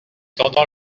tendant